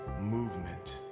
movement